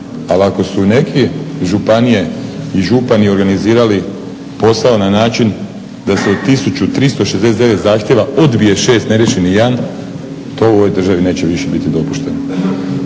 Ali ako su neke županije i župani organizirali posao na način da se u 1 369 zahtjeva odbije 6, neriješen nijedan, to u ovoj državi više neće biti dopušteno